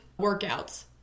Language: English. workouts